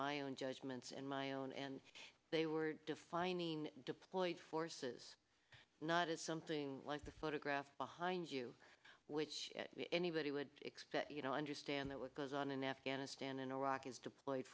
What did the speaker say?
my own judgments and my own and they were defining deployed forces not as something like the photograph behind you which anybody would expect you know understand that what goes on in afghanistan and iraq is deployed